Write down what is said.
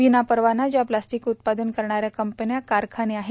विनापरवाना ज्या प्लास्टिक उत्पादन करणाऱ्या कंपन्या कारखाने आहेत